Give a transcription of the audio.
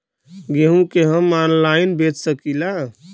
गेहूँ के हम ऑनलाइन बेंच सकी ला?